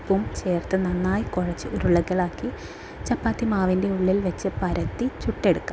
ഉപ്പും ചേർത്ത് നന്നായി കുഴച്ച് ഉരുളകളാക്കി ചപ്പാത്തി മാവിൻ്റെ ഉള്ളിൽ വെച്ച് പരത്തി ചുട്ടെടുക്കുക